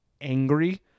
angry